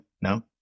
No